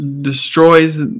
destroys